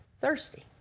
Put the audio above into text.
thirsty